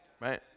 right